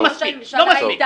לא מספיק.